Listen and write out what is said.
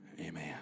Amen